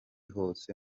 hose